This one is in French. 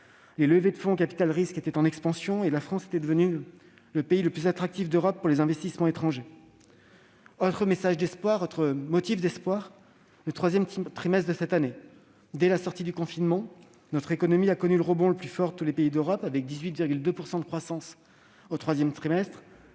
Les levées de fonds en capital-risque étaient en expansion. La France était devenue le pays le plus attractif d'Europe pour les investissements étrangers. Le troisième trimestre de cette année constitue un autre motif d'espoir. Dès la sortie du confinement, notre économie a connu le rebond le plus fort de tous les pays d'Europe, avec 18,2 % de croissance au troisième trimestre.